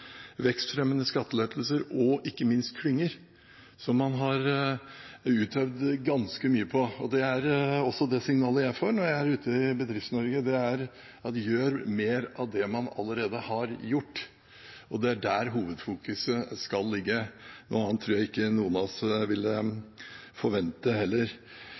vekstfremmende skattelettelser – og ikke minst klynger – og der har man utøvd ganske mye. Signalet jeg får når jeg er ute i Bedrifts-Norge, er: gjør mer av det man allerede har gjort. Det er det man skal fokusere mest på. Noe annet tror jeg ikke noen av oss ville forvente heller.